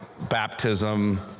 baptism